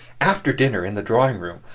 after dinner, in the drawing room,